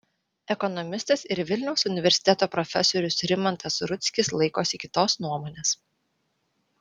ekonomistas ir vilniaus universiteto profesorius rimantas rudzkis laikosi kitos nuomonės